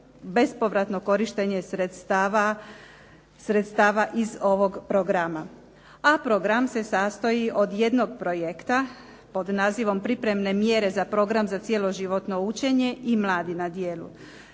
bespovratno korištenje sredstava iz ovog programa. A program se sastoji od jednog projekta pod nazivom Pripremne mjere za program za cjeloživotno učenje i Mladi na djelu.